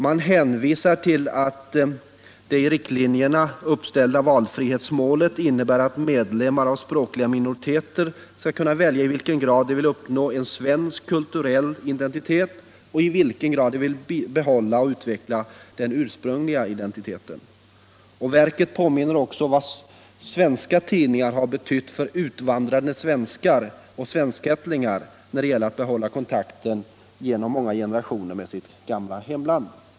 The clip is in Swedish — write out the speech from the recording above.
Man hänvisade till att det i riktlinjerna uppställda valfrihetsmålet innebär att medlemmar av språkliga minoriteter skulle kunna välja i vilken grad de vill uppnå en svensk kulturell identitet och i vilken grad de vill behålla och utveckla den ursprungliga identiteten. Verket påminde också om vad svenska tidningar har betytt för utvandrade svenskar och svenskättlingar när det gällt att behålla kontakten genom generationer med sitt gamla hemland.